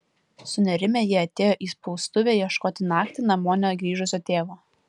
sunerimę jie atėjo į spaustuvę ieškoti naktį namo negrįžusio tėvo